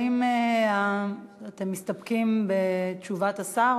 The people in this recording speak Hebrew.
האם אתם מסתפקים בתשובת השר,